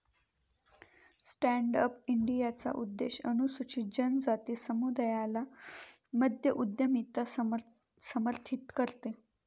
stand up इंडियाचा उद्देश अनुसूचित जनजाति समुदायाला मध्य उद्यमिता समर्थित करते